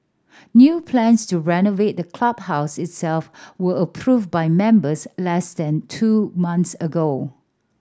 new plans to renovate the clubhouse itself were approved by members less than two months ago